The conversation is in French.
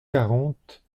quarante